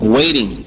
waiting